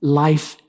life